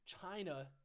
China